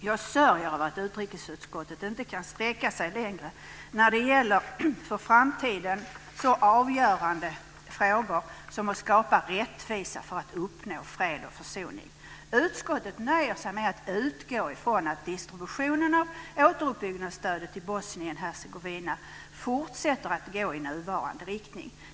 Jag sörjer över att utrikesutskottet inte kan sträcka sig längre när det gäller för framtiden så avgörande frågor som att skapa rättvisa för att uppnå fred och försoning. Utskottet nöjer sig med att utgå från att distributionen av återuppbyggnadsstödet till Bosnien Hercegovina fortsätter att gå i nuvarande riktning.